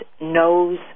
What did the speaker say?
knows